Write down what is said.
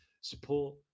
support